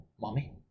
Mommy